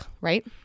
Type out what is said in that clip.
right